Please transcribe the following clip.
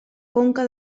conca